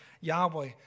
Yahweh